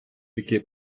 таки